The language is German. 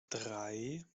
drei